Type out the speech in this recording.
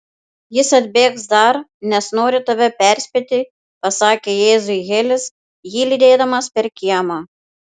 jis atbėgs dar nes nori tave perspėti pasakė jėzui helis jį lydėdamas per kiemą